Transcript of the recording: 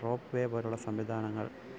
rope way പോലുള്ള സംവിധാനങ്ങൾ